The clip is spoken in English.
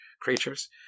creatures